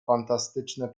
fantastyczne